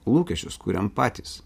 lūkesčius kuriam patys